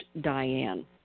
Diane